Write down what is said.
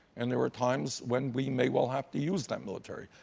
and there are times when we may well have to use that military.